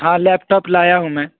ہاں laptop لایا ہوں میں